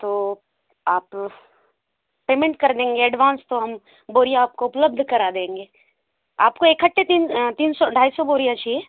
तो आप पेमेंट कर देंगे एडवांस तो हम बोरियां आपको उपलब्ध करा देंगे आपको इकट्ठे तीन तीन सौ ढाई सौ बोरियां चाहिए